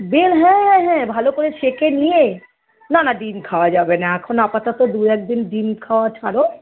bell হ্যাঁ হ্যাঁ ভালো করে ছেঁকে নিয়ে না না ডিম খাওয়া যাবে না এখন আপাতত দু এক দিন ডিম খাওয়া ছাড়ো